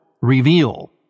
reveal